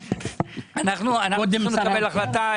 קודם נקבל החלטה.